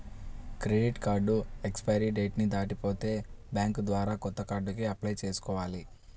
credit card expiry date ని దాటిపోతే bank ద్వారా కొత్త కార్డుకి అప్లై చేసుకోవాలి